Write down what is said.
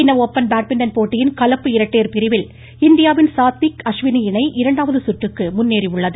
சீன open badminton போட்டியின் கலப்பு இரட்டையர் பிரிவில் இந்தியாவின் சாத்விக் அஸ்வினி இணை இரண்டாவது சுற்றுக்கு முன்னேறியுள்ளது